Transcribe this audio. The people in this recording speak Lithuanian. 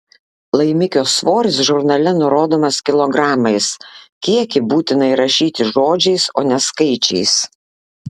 laimikio svoris žurnale nurodomas kilogramais kiekį būtina įrašyti žodžiais o ne skaičiais